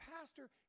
pastor